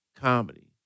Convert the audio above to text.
comedy